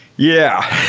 yeah!